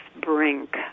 brink